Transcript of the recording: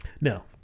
No